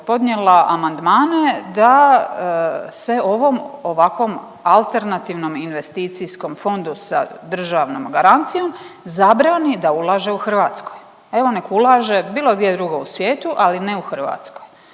podnijela amandmane da se ovom ovakvom alternativnom investicijskom fondu sa državnom garancijom zabrani da ulaže u Hrvatskoj, evo nek ulaže bilo gdje drugo u svijetu, ali ne u Hrvatskoj.